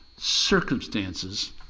circumstances